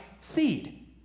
seed